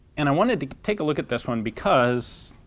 and i wanted to take a look at this one because